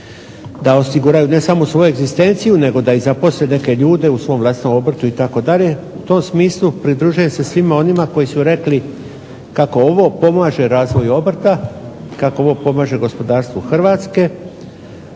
da osiguraju ne samo svoju egzistenciju nego da i zaposle neke ljude u svom vlastitom obrtu itd. U tom smislu pridružujem se svima onima koji su rekli kako ovo pomaže razvoju obrta, kako ovo pomaže gospodarstvu Hrvatske